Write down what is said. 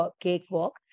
cakewalk